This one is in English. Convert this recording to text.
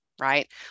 right